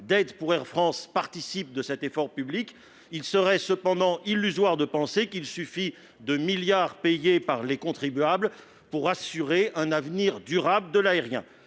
d'Air France participe de cet effort public. Il serait cependant illusoire de penser qu'il suffit de milliards payés par les contribuables pour assurer un avenir durable à l'aérien